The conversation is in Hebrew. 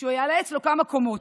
שהוא יעלה אצלו כמה קומות.